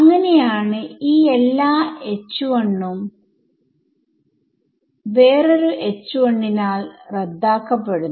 അങ്ങനെയാണ് ഈ എല്ലാ ഉം വേറൊരു നാൽ റദ്ദാക്കപ്പെടുന്നത്